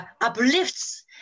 uplifts